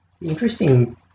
Interesting